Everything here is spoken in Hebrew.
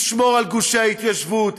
ישמור על גושי ההתיישבות,